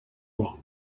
wrong